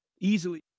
Easily